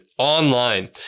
Online